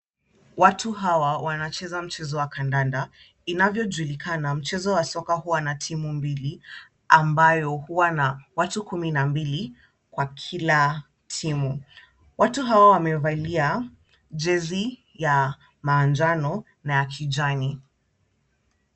Watu hawa wanacheza mchezo wa kandanda. Inavyojulikana mchezo wa soka huwa na timu mbili ambayo huwa na watu kumi na mbili kwa kila timu. Watu hawa wamevalia jezi ya manjano na ya kijani.